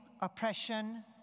oppression